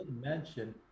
mention